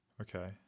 Okay